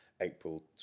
April